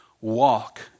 Walk